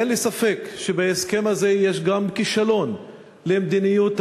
ואין לי ספק שבהסכם הזה יש גם כישלון של מדיניות